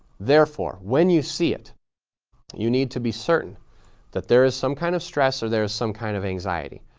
therefore, when you see it you need to be certain that there is some kind of stress or there's some kind of anxiety.